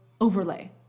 overlay